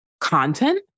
content